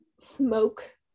smoke